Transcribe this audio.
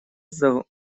зовут